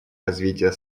развития